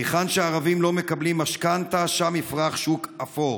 היכן שהערבים לא מקבלים משכנתה, שם יפרח שוק אפור.